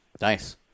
Nice